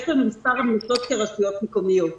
יש לנו מספר המלצות כרשויות מקומיות.